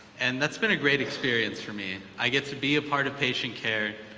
and that's been a great experience for me. i get to be a part of patient care,